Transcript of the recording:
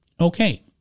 Okay